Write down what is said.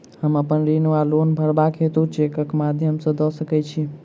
हम अप्पन ऋण वा लोन भरबाक हेतु चेकक माध्यम सँ दऽ सकै छी?